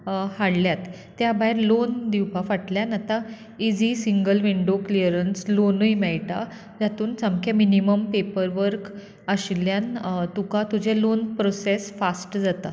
हाडल्यात त्या भायर लोन दिवपा फाटल्यान आतां इजि सिंगल विंडो क्लियरन्स लोनूय मेळटा जातून सामके मिनीमम पेपर वर्क आशिल्ल्यान तुका तुजे लोन प्रोसेस फास्ट जाता